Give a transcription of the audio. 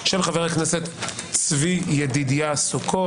של חבר הכנסת צבי ידידיה סוכות.